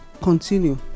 continue